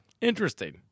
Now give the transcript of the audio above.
Interesting